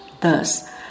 Thus